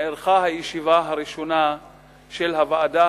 נערכה הישיבה הראשונה של הוועדה